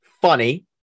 funny